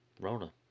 Rona